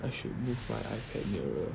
I should move my iPad nearer